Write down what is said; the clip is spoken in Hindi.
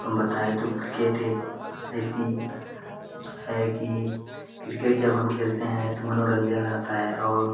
हम बताएँ तो क्रिकेट एक ऐसी है कि किर्केट जब हम खेलते हैं तो मनोरंजन होता है और